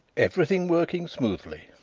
everything working smoothly,